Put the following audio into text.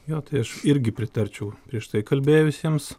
jo tai aš irgi pritarčiau prieš tai kalbėjusiems